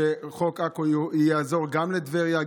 חוק עכו יעזור גם לטבריה,